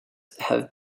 have